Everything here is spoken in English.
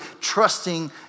trusting